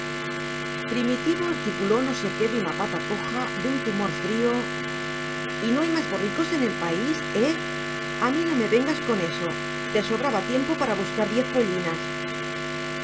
primitivo articuló no sé qué de una pata coja de un tumor frío y no hay más borricos en el país eh a mí no me vengas con eso te sobraba tiempo para buscar diez pollinas